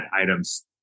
items